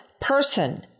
person